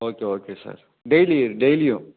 okay okay sir daily டெய்லியும்